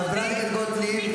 חברת הכנסת גוטליב.